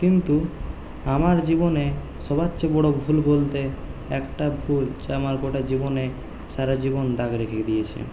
কিন্তু আমার জীবনে সবার চেয়ে বড়ো ভুল বলতে একটা ভুল যা আমার গোটা জীবনে সারা জীবন দাগ রেখে দিয়েছে